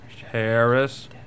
Harris